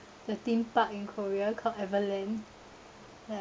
the theme park in korea called everland ya